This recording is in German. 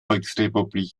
volksrepublik